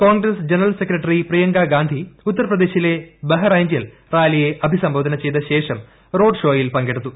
Congress general secretary Priyanka Gandhi Uttar പ്രദേശിലെ ബഹറൈഞ്ചിൽ റാലിയെ അഭിസംബോധന ചെയ്ത ശേഷം റോഡ് ഷോയിൽ പങ്കെടുത്തു